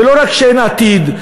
ולא רק שאין עתיד,